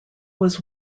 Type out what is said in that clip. was